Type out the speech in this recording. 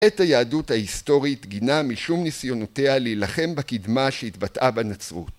את היהדות ההיסטורית גינה משום ניסיונותיה להילחם בקדמה שהתבטאה בנצרות.